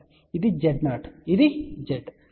కాబట్టి ఇది Z0 ఇది Z